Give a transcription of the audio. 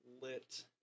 lit